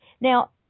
Now